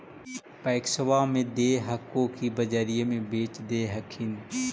पैक्सबा मे दे हको की बजरिये मे बेच दे हखिन?